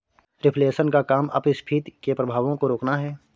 reflation का काम अपस्फीति के प्रभावों को रोकना है